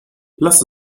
lasst